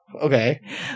Okay